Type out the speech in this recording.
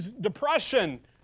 depression